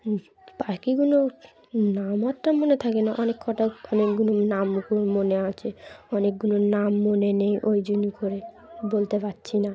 পাকিগুলো নাম একটা মনে থাকে না অনেক কটা অনেকগুলো নাম মনে আছে অনেকগুলোর নাম মনে নেই ওই জন্য করে বলতে পারছি না